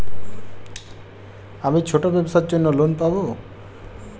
আমি ছোট ব্যবসার জন্য লোন পাব?